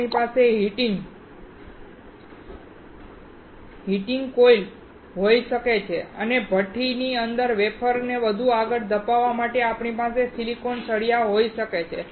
આપણી પાસે heating coil હોઈ શકે છે અને ભઠ્ઠીની અંદર વેફરને વધુ આગળ ધપાવવા માટે આપણી પાસે સિલિકોન સળિયા હોઈ શકે છે